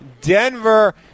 Denver